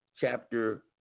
chapter